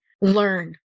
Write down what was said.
Learn